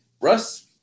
Russ